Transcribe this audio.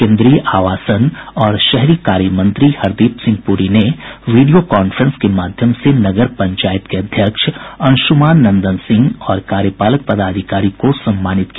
केंद्रीय आवासन और शहरी कार्य मंत्री हरदीप सिंह पुरी ने वीडियो कांफ्रेंस के माध्यम से नगर पंचायत के अध्यक्ष अंशुमान नंदन सिंह और कार्यपालक पदाधिकारी को सम्मानित किया